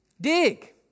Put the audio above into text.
Dig